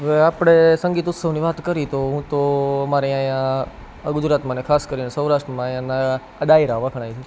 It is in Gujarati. હવે આપણે સંગીત ઉત્સવની વાત કરી તો હું તો અમારે અહીંયા ગુજરાતમાં ને ખાસ કરીને સૌરાષ્ટ્રમાં અહીંયાના ડાયરા વખણાય છે